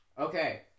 Okay